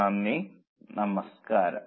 നന്ദി നമസ്കാരം